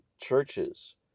churches